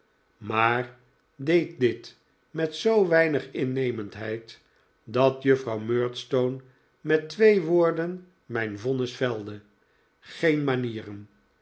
maar deed dit met zoo weinig innemendheid dat juffrouw murdstone met twee woorden mijn vonnis velde geen manieren